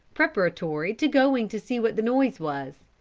preparatory to going to see what the noise was.